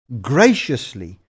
graciously